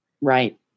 Right